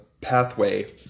pathway